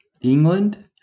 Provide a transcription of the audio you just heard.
England